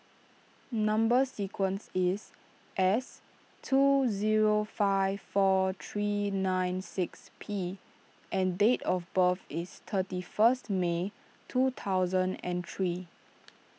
Number Sequence is S two zero five four three nine six P and date of birth is thirty first May two thousand and three